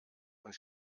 und